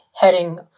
heading